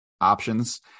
options